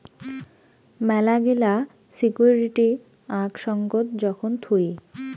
মেলাগিলা সিকুইরিটি আক সঙ্গত যখন থুই